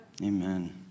Amen